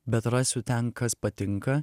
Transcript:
bet rasiu ten kas patinka